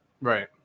Right